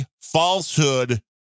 falsehood